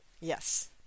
Yes